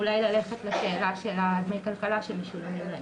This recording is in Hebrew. אולי אפשר ללכת לשאלת דמי הכלכלה המשולמים להם.